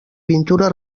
pintura